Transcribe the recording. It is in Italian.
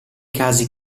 casi